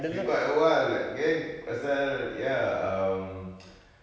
it's been quite awhile geng pasal ya um